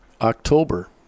October